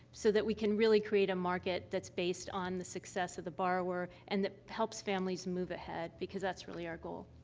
so that we can really create a market that's based on the success of the borrower and that helps families move ahead, because that's really our goal.